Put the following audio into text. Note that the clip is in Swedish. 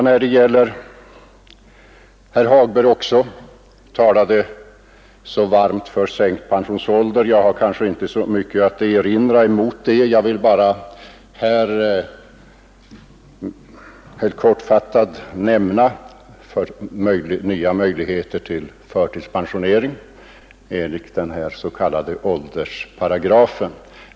Herr Hagberg talade också varmt för sänkt pensionsålder. Jag har inte så mycket att erinra mot det. Jag vill bara helt kortfattat nämna den nya möjligheten till förtidspensionering enligt den s.k. åldersparagrafen.